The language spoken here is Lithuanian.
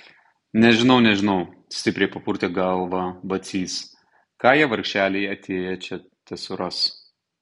nežinau nežinau stipriai papurtė galvą vacys ką jie vargšeliai atėję čia tesuras